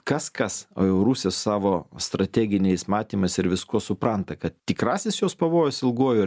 kas kas o jau rusija su savo strateginiais matymais ir viskuo supranta kad tikrasis jos pavojus ilguoju